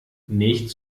nicht